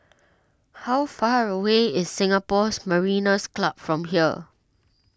how far away is Singapores Mariners' Club from here